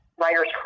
writer's